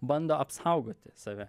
bando apsaugoti save